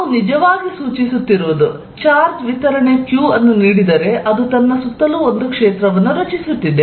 ನಾವು ನಿಜವಾಗಿ ಸೂಚಿಸುತ್ತಿರುವುದು ಚಾರ್ಜ್ ವಿತರಣೆ q ಅನ್ನು ನೀಡಿದರೆ ಅದು ತನ್ನ ಸುತ್ತಲೂ ಒಂದು ಕ್ಷೇತ್ರವನ್ನು ರಚಿಸುತ್ತಿದೆ